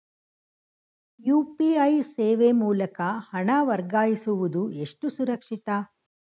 UPI ಸೇವೆ ಮೂಲಕ ಹಣ ವರ್ಗಾಯಿಸುವುದು ಎಷ್ಟು ಸುರಕ್ಷಿತ?